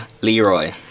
Leroy